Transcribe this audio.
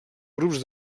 grups